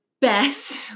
best